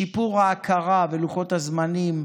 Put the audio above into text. שיפור ההכרה ולוחות הזמנים,